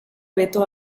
veto